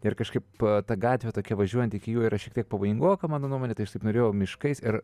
ir kažkaip ta gatvė tokia važiuojant iki jo yra šiek tiek pavojingoka mano nuomone tai aš taip norėjau miškais ir